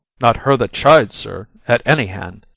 not her that chides, sir, at any hand,